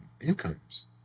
incomes